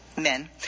men